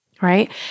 Right